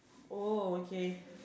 oh okay